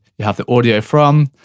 you have the audio from,